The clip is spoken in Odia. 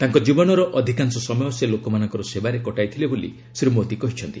ତାଙ୍କ ଜୀବନର ଅଧିକାଂଶ ସମୟ ସେ ଲୋକମାନଙ୍କର ସେବାରେ କଟାଇଥିଲେ ବୋଲି ଶ୍ରୀ ମୋଦୀ କହିଛନ୍ତି